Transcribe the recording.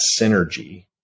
synergy